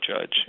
judge